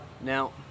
Now